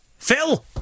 Phil